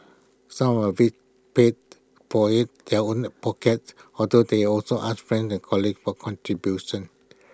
some of IT paid for IT their own pockets although they also ask friends and colleagues for contributions